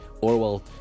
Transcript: orwell